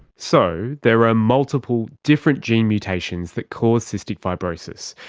so there are multiple different gene mutations that cause cystic fibrosis.